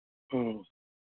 ह्म्म